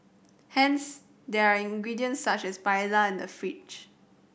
hence there are ingredients such as paella in the fridge